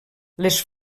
les